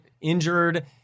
injured